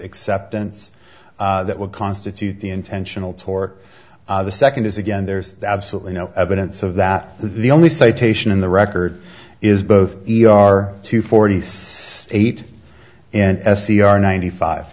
acceptance that would constitute the intentional tor the second is again there's absolutely no evidence of that the only citation in the record is both e r two forty eight and f e r ninety five